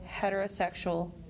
heterosexual